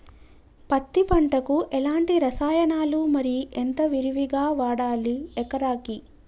పత్తి పంటకు ఎలాంటి రసాయనాలు మరి ఎంత విరివిగా వాడాలి ఎకరాకి?